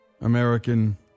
American